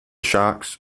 shocks